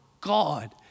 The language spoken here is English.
God